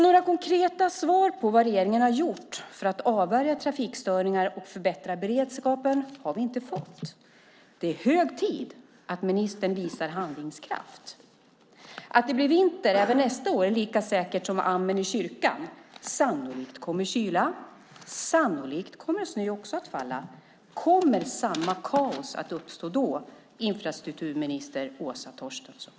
Några konkreta svar på vad regeringen har gjort för att avvärja trafikstörningar och förbättra beredskapen har vi inte fått. Det är hög tid att ministern visar handlingskraft. Att det blir vinter även nästa år är lika säkert som amen i kyrkan. Sannolikt kommer kyla, sannolikt kommer också snö att falla. Kommer samma kaos att uppstå då, infrastrukturminister Åsa Torstensson?